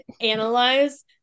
analyze